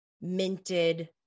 minted